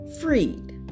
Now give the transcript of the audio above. freed